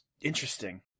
interesting